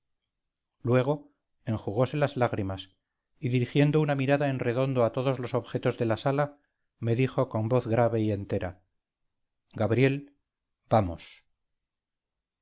luego enjugose las lágrimas y dirigiendo una mirada en redondo a todos los objetos de la sala me dijo con voz grave y entera gabriel vamos